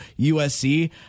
USC